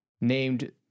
named